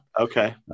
Okay